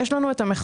יש לנו מחצבים.